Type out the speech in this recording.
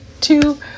two